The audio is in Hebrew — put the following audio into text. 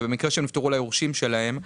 ובמקרה שהם נפטרו ליורשים שלהם,